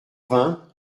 vingt